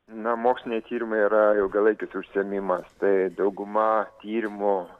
na moksliniai tyrimai yra ilgalaikis užsiėmimas tai dauguma tyrimų